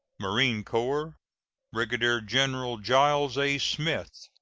marine corps brigadier-general giles a. smith,